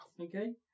Okay